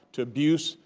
to abuse,